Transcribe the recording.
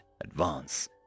advance